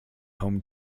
home